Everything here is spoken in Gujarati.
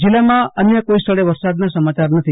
જિલ્લામાં અન્ય કોઈ સ્થળે વરસાદના સમાચાર નથી